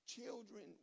Children